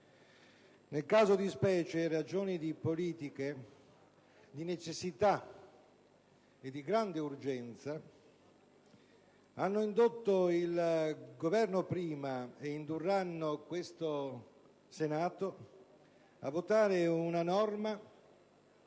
Nel caso di specie, ragioni politiche di necessità e di grande urgenza hanno indotto il Governo, prima, e indurranno questo Senato a votare una norma